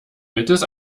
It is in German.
mittels